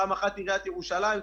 פעם אחת עיריית ירושלים,